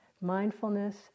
mindfulness